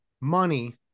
money